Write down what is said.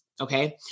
Okay